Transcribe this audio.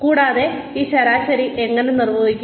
കൂടാതെ ഈ ശരാശരി എങ്ങനെ നിർവചിക്കപ്പെടുന്നു